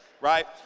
Right